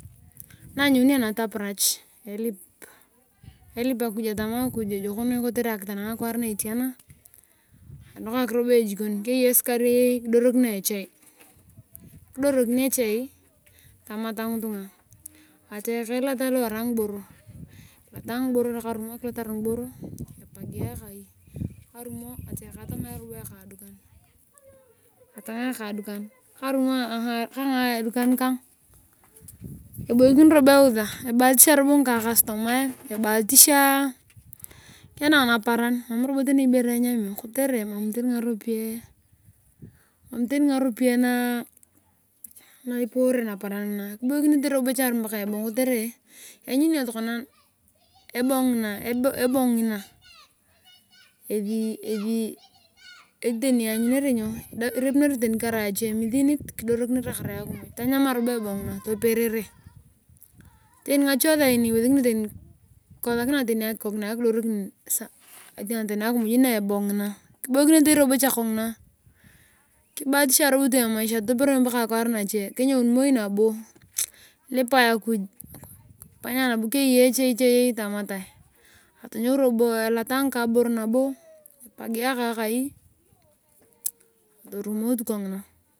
Ni anyounio nataparach elip aiy atama ejok noi na kefanangea akwaar na etiana enokak roloo ejikon keyei esukar eyei kidorokinio echai kidorokinechai tamata ngitunga atayaka elata lu arai ngiboro ani arumoni epagia ikai karumo atayaka atangaa ekaa dukan kangaa edukan kang ebuikin robo eusa ebahatisha robo ngika customare kenana naparan mam robo tani ibere enyamio mam tani ngaropiyae na ipore naparan niboikinetei cha kongina paka ebong kotere lanyuni ebong ngesi tani enamunere tani achemisinit kidorokineraakimuy tanyamare ebong ngina toperere ngacho saini ikosokinio tani akidokini akimuy na ebong ngina kiboikinetei tu kongina kibatishia emaisha toperoi paka akiraar nache kenyoun robo elata ngikaboro nabo epagia akaa akai atorumo tu kongina.